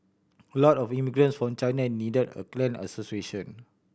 a lot of immigrants from China and needed a clan association